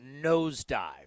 nosedive